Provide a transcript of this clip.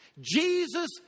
Jesus